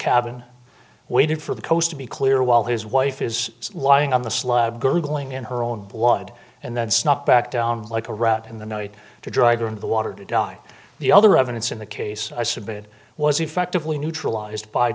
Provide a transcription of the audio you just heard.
cabin waiting for the coast to be clear while his wife is lying on the slab gurgling in her own blood and that's not back down like a rat in the night to drag her into the water to die the other evidence in the case i submit was effectively neutralized by